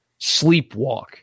sleepwalk